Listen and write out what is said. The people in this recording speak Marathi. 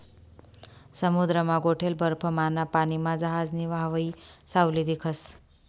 समुद्रमा गोठेल बर्फमाना पानीमा जहाजनी व्हावयी सावली दिखस